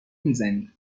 میزنی